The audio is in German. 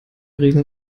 regeln